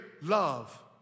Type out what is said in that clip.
love